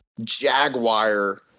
Jaguar